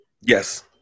Yes